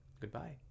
goodbye